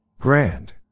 Grand